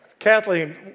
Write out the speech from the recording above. Kathleen